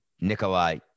Nikolai